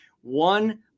one